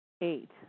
Eight